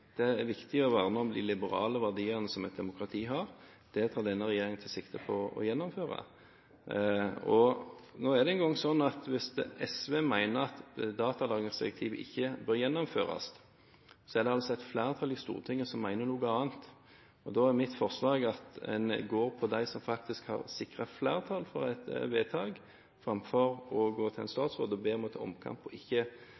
Det er viktig å verne om de liberale verdiene som et demokrati har. Det tar denne regjeringen sikte på å gjennomføre. Hvis SV mener at datalagringsdirektivet ikke bør gjennomføres, er det et flertall i Stortinget som mener noe annet. Da er mitt forslag at man går til dem som faktisk har sikret flertall for et vedtak framfor å gå til en